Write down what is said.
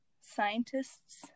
scientists